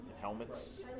helmets